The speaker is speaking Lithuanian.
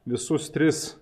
visus tris